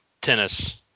tennis